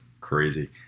Crazy